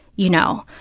you know.